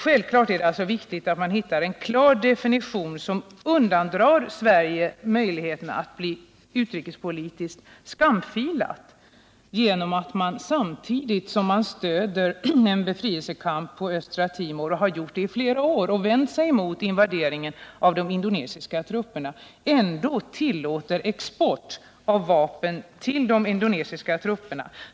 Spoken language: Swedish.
Självfallet är det viktigt att man hittar en klar definition som hindrar Sverige från att få sitt rykte skamfilat genom att vårt land, såsom i det här fallet, samtidigt som det stöder en befrielsekamp på Östra Timor — det har Sverige gjort i flera år och vänt sig mot invaderingen av de indonesiska trupperna — ändå tillåter export av vapen till de indonesiska trupperna.